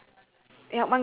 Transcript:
there's one guy touching